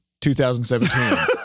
2017